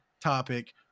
topic